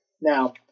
now